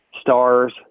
stars